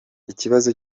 ikibazo